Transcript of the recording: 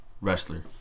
Wrestler